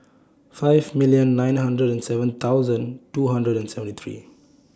five million nine hundred and seven thousand two hundred and seventy three